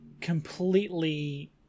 completely